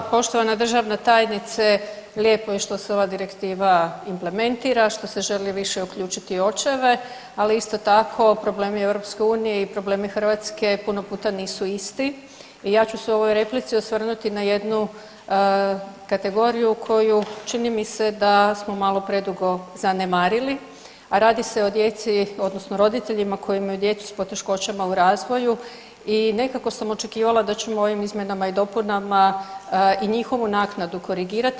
Poštovana državna tajnice lijepo je što se ova direktiva implementira, što se želi više uključiti očeve, ali isto tako problemi EU i problemi Hrvatske puno puta nisu isti i ja ću se u ovoj replici osvrnuti na jednu kategoriju koju čini mi se da smo malo predugo zanemarili, a radi se o djeci odnosno roditeljima koji imaju djecu s poteškoćama u razvoju i nekako sam očekivala da ćemo ovim izmjenama i dopunama i njihovu naknadu korigirati.